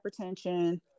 hypertension